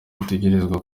bategerezwa